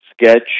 sketch